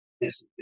Yes